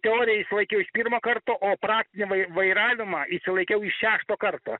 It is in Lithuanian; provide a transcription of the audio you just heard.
teoriją išsilaikiau iš pirmo karto o praktinę vairavimą išsilaikiau iš šešto karto